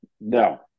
No